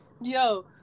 Yo